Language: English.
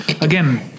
again